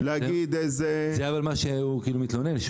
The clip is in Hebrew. אבל זה מה שהוא מתלונן עליו,